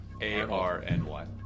A-R-N-Y